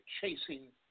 chasing